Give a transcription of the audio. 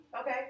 okay